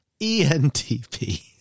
ENTP